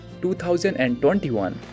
2021